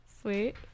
Sweet